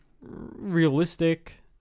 realistic